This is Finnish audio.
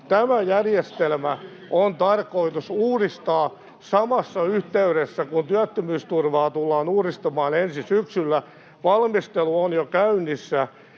Tämä järjestelmä on tarkoitus uudistaa samassa yhteydessä, kun työttömyysturvaa tullaan uudistamaan ensi syksynä. Valmistelu on jo käynnissä,